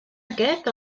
aquest